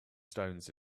stones